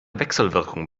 wechselwirkung